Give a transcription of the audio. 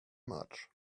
much